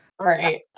Right